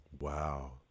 Wow